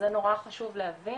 את זה נורא חשוב להבין.